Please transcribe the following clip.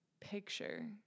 picture